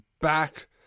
back